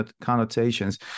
connotations